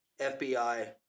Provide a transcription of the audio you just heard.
FBI